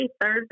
Thursday